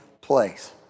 place